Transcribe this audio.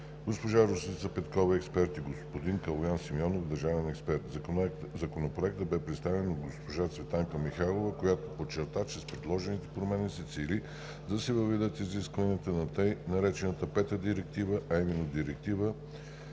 госпожа Росица Петкова – експерт, и господин Калоян Симеонов – държавен експерт. Законопроектът бе представен от госпожа Цветанка Михайлова, която подчерта, че с предложените промени се цели да се въведат изискванията на така наречената Пета директива, а именно Директива